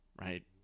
right